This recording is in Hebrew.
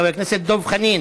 חבר הכנסת דב חנין,